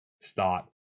start